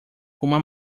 fuma